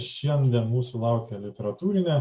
šiandien mūsų laukia literatūrinė